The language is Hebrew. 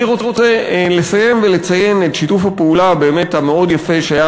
אני רוצה לסיים ולציין את שיתוף הפעולה המאוד-יפה שהיה